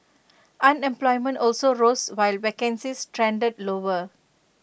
unemployment also rose while vacancies trended lower